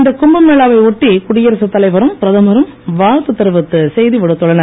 இந்த கும்பமேளாவை ஒட்டி குடியரசு தலைவரும் பிரதமரும் வாழ்த்து தெரிவித்து செய்தி விடுத்துள்ளனர்